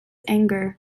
anger